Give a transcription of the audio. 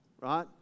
right